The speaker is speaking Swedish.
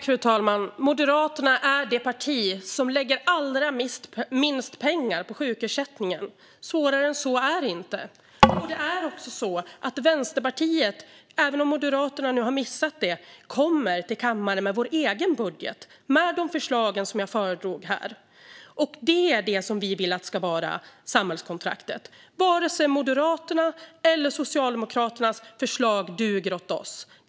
Fru talman! Moderaterna är det parti som lägger allra minst pengar på sjukersättningen. Svårare än så är det inte. Även om Moderaterna har missat det kommer Vänsterpartiet till kammaren med sin egen budget med de förslag som jag föredrog. Det är det vi vill ska vara samhällskontraktet. Varken Moderaternas eller Socialdemokraternas förslag duger åt oss.